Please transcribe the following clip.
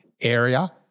area